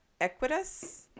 equitas